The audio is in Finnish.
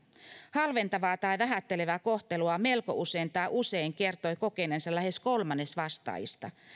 halventavaa tai vähättelevää kohtelua melko usein tai usein kertoi kokeneensa lähes kolmannes vastaajista